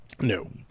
No